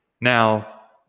Now